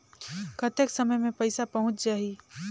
कतेक समय मे पइसा पहुंच जाही?